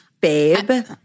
babe